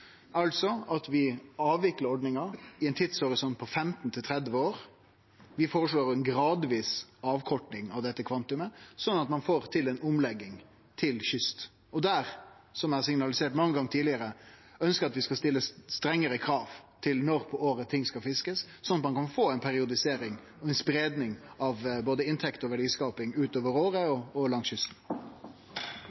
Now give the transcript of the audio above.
at vi avviklar ordninga i ein tidshorisont på 15–30 år. Vi føreslår ei gradvis avkorting av dette kvantumet, slik at ein får til ei omlegging til kysten. Der ønskjer eg, som eg har signalisert mange gonger tidlegare, at vi skal stille strengare krav til når på året noko kan bli fiska, slik at ein kan få ei periodisering og ei spreiing av både inntekter og verdiskaping utover året